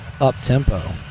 up-tempo